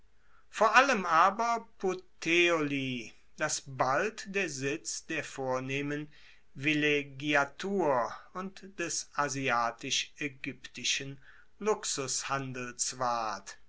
vor allem aber puteoli das bald der sitz der vornehmen villeggiatur und des asiatisch aegyptischen luxushandels ward